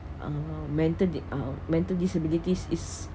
uh mental di~ uh mental disabilities is